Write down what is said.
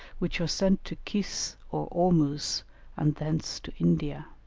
which are sent to kis or ormuz and thence to india.